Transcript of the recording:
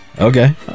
Okay